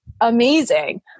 amazing